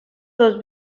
dos